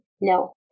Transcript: No